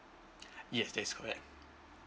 yes yes correct